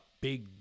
big